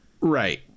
Right